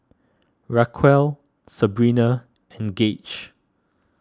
Raquel Sabrina and Gage